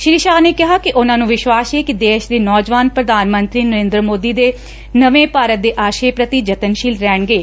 ਸ੍ਰੀ ਸ਼ਾਹ ਨੇ ਕਿਹਾ ਕਿ ਉਨਾਂ ਨੂੰ ਵਿਸ਼ਵਾਸ ਏ ਕਿ ਦੇਸ਼ ਦੇ ਨੌਜਵਾਨ ਪ੍ਰਧਾਨ ਮੰਤਰੀ ਨਰੇਦਰ ਮੋਦੀ ਦੇ ਨਵੇ ਭਾਰਤ ਦੇ ਆਸ਼ੇ ਪ੍ਰਤੀ ਯਤਨਸ਼ੀਲ ਰਹਿਣਗੇ